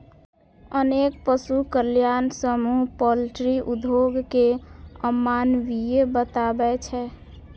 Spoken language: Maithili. अनेक पशु कल्याण समूह पॉल्ट्री उद्योग कें अमानवीय बताबै छै